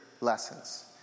lessons